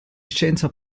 licenza